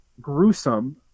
gruesome